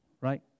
right